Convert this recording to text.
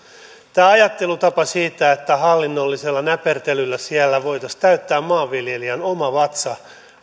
tämä ajattelutapa että hallinnollisella näpertelyllä siellä voitaisiin täyttää maanviljelijän oma vatsa